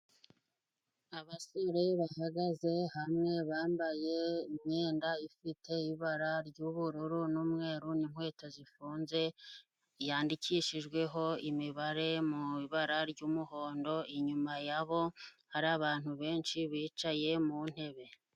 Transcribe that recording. Abasore bahagaze hamwe, bambaye imyenda ifite ibara ry'ubururu n'umweru n'inkweto zifunze, yandikishijweho imibare mu ibara ry'umuhondo, inyuma yabo hari abantu benshi bicaye mu ntebe.